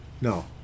No